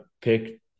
pick –